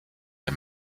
der